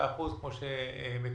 75% כמו שמקובל.